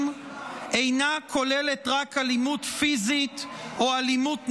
אינה כוללת רק אלימות פיזית או אלימות נפשית.